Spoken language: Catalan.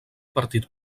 partit